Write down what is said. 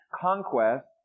conquest